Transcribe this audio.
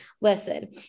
listen